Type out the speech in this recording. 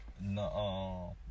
No